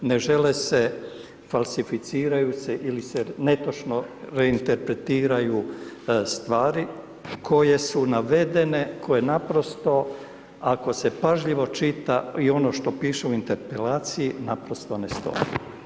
Ne žele se, falsificiraju se ili se netočno reinterpretiraju st vari koje su navedene koje naprosto, ako se pažljivo čita i ono što piše u interpelaciji naprosto ne stoji.